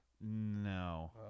No